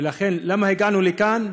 ולכן, למה הגענו לכאן?